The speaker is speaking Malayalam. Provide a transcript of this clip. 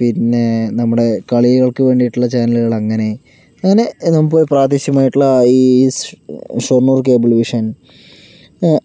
പിന്നെ നമ്മുടെ കളികൾക്ക് വേണ്ടിയിട്ടുള്ള ചാനലുകൾ അങ്ങനെ അങ്ങനെ നമുക്ക് പ്രാദേശികമായിട്ടുള്ള ഈ ഷോ ഷൊർണൂർ കേബിൾ വിഷൻ